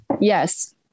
Yes